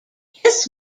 his